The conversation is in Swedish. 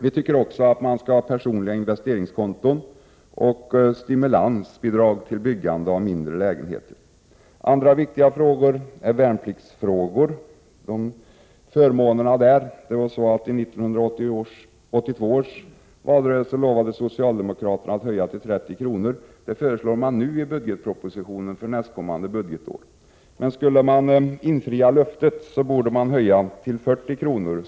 Vi tycker också att man skall införa personliga investeringskonton och ge stimulansbidrag till byggande av mindre lägenheter. De värnpliktigas förmåner är en annan viktig fråga. I 1982 års valrörelse lovade socialdemokraterna att höja dagpenningen till 30 kr. Det föreslår man nu i budgetpropositionen för nästa budgetår. Men skulle man infria löftet, borde man höja till 40 kr.